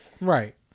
Right